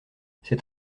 c’est